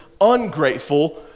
ungrateful